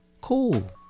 Cool